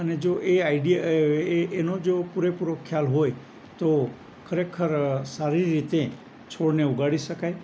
અને જો એ આઈડિયા એનો જો પૂરેપૂરો ખ્યાલ હોય તો ખરેખર સારી રીતે છોડને ઉગાડી શકાય